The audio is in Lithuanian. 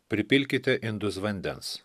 pripilkite indus vandens